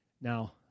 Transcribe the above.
Now